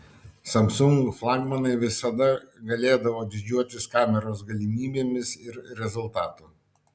samsung flagmanai visada galėdavo didžiuotis kameros galimybėmis ir rezultatu